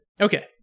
Okay